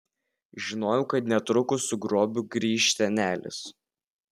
žinojau kad netrukus su grobiu grįš senelis